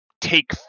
take